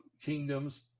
kingdoms